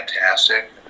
fantastic